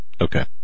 Okay